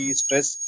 stress